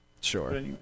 Sure